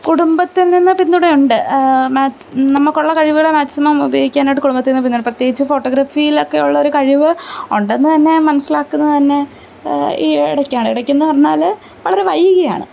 കുടുംബത്തിൽനിന്ന് പിന്തുണയുണ്ട് നമുക്കുള്ള കഴിവുകളെ മാക്സിമം ഉപയോഗിക്കാനായിട്ട് കുടുംബത്തിൽനിന്ന് പിന്തുണ പ്രത്യേകിച്ച് ഫോട്ടോഗ്രാഫിയിലൊക്കെ ഉള്ളൊരു കഴിവ് ഉണ്ടെന്ന് തന്നെ മനസ്സിലാക്കുന്നത് തന്നെ ഈ ഇടയ്ക്കാണ് ഇടയ്ക്കെന്ന് പറഞ്ഞാൽ വളരെ വൈകിയാണ്